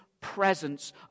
presence